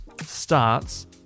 starts